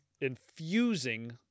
infusing